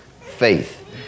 faith